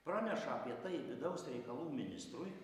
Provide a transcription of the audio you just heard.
praneša apie tai vidaus reikalų ministrui